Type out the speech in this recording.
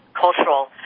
cultural